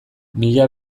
mila